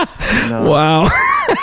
Wow